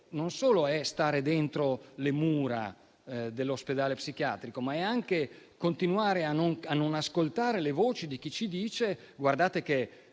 solo allo stare dentro le mura dell'ospedale psichiatrico, ma anche a continuare a non ascoltare le voci di chi ci dice che